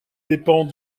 dépend